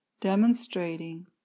demonstrating